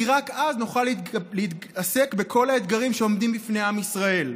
כי רק אז נוכל להתעסק בכל האתגרים שעומדים בפני עם ישראל.